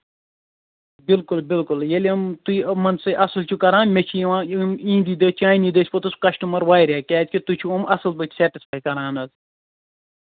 بِلکُل بِلکُل ییٚلہِ یِم تُہۍ یِمَن سۭتۍ اَصٕل چھُو کران مےٚ چھِ یِوان یِہٕنٛدۍ دٔسۍ چانی دٔسۍ پوٚتُس کَسٹمَر واریاہ کیٛازِ کہِ تُہۍ چھِو یِم اَصٕل پٲٹھۍ سیٚٹٕسفے کران حظ